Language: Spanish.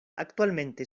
actualmente